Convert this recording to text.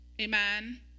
amen